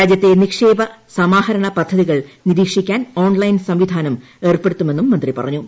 രാജ്യത്തിൽ നിക്ഷേപ സമാഹരണ പദ്ധതികൾ നിരീക്ഷിക്കാൻ ഓൺലൈൻ ഈനം ഏർപ്പെടുത്തുമെന്നും മന്ത്രി പറഞ്ഞു